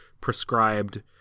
prescribed